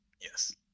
Yes